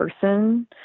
person